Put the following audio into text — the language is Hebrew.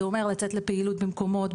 זה אומר לצאת לפעילות במקומות,